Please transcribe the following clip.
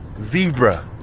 zebra